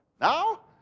Now